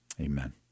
amen